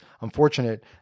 unfortunate